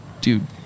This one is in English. dude